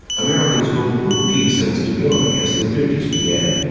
americans hoped for peace and stability as the fifty s began.